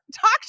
talk